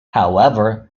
however